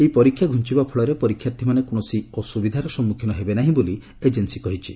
ଏହି ପରୀକ୍ଷା ଘୁଞ୍ଚବା ଫଳରେ ପରୀକ୍ଷାର୍ଥୀମାନେ କୌଣସି ଅସୁବିଧାର ସମ୍ମୁଖୀନ ହେବେ ନାହିଁ ବୋଲି ଏଜେନ୍ସି କହିଛି